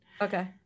okay